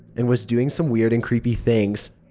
and was doing some weird and creepy things.